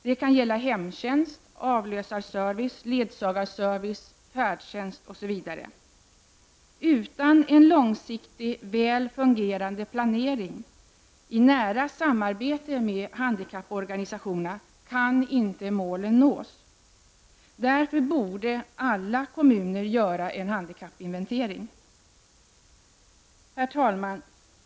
Det kan gälla hemtjänst, avlösarservice, ledsagarservice, färdtjänst osv. Utan en långsiktig, väl fungerande planering i nära samarbete med handikapporganisationerna kan inte målen uppnås. Därför borde alla kommuner göra en handikappinventering. Herr talman!